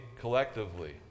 collectively